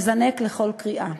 מזנק לכל קריאה.